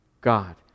God